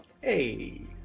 Hey